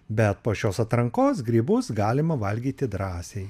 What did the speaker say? bet po šios atrankos grybus galima valgyti drąsiai